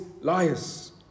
liars